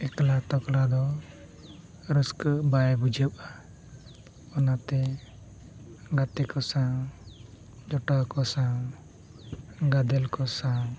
ᱮᱠᱞᱟ ᱛᱚᱯᱞᱟ ᱫᱚ ᱨᱟᱹᱥᱠᱟᱹ ᱵᱟᱭ ᱵᱩᱡᱷᱟᱹᱜᱼᱟ ᱚᱱᱟᱛᱮ ᱜᱟᱛᱮ ᱠᱚ ᱥᱟᱶ ᱡᱚᱴᱟᱣ ᱠᱚ ᱥᱟᱶ ᱜᱟᱫᱮᱞ ᱠᱚ ᱥᱟᱶ